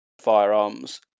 firearms